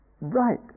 right